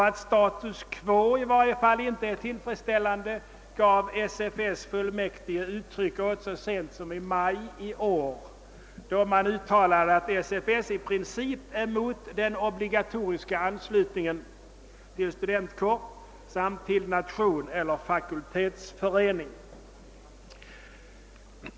Att status quo i varje fall inte är tillfredsställande gav SFS:s fullmäktige uttryck åt så sent som i maj i år, då man uttalade att SFS i princip är emot den obligatoriska anslutningen till studentkår samt till nation eller fakultetsförening.